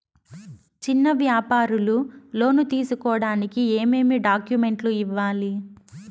చిన్న వ్యాపారులు లోను తీసుకోడానికి ఏమేమి డాక్యుమెంట్లు ఇవ్వాలి?